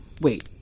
Wait